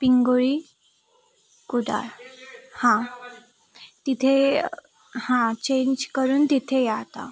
पिंगोळी कुडाळ हां तिथे हां चेंज करून तिथे या आता